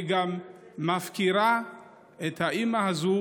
היא גם מפקירה את האימא הזאת